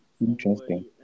Interesting